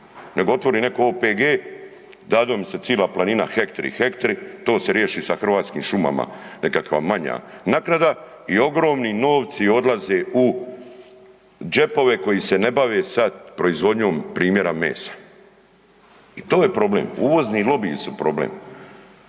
Nego otvori netko OPG, dadu im se cila planina, hektri, hektri, to se riješi sa Hrvatskim šumama, nekakva manja naknada i ogromni novci odlaze u džepove koji se ne bave sa proizvodnjom, primjera, mesa. I to je problem, uvozni lobiji su problem.